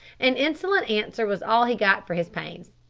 an insolent answer was all he got for his pains.